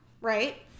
Right